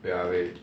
wait ah wait